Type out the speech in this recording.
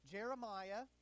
Jeremiah